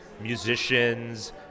Musicians